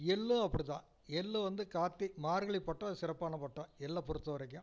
எள்ளும் அப்படி தான் எள் வந்து கார்த்திகை மார்கழி பட்டம் சிறப்பான பட்டம் எள்ளை பொறுத்தவரைக்கும்